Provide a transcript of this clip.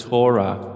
Torah